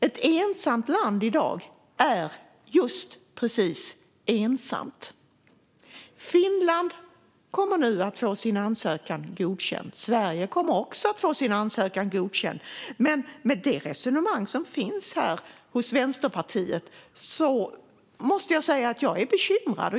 Ett ensamt land i dag är just precis ensamt. Finland kommer nu att få sin ansökan godkänd. Sverige kommer också att få sin ansökan godkänd. Men med det resonemang som finns här hos Vänsterpartiet är jag bekymrad.